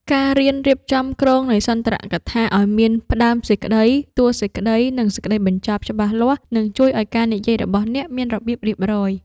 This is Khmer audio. ការរៀនរៀបចំគ្រោងនៃសន្ទរកថាឱ្យមាន ផ្ដើមសេចក្ដី តួសេចក្ដី និងសេចក្ដីបញ្ចប់ ច្បាស់លាស់ នឹងជួយឱ្យការនិយាយរបស់អ្នកមានរបៀបរៀបរយ។